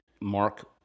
Mark